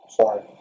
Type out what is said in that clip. Sorry